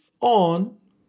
on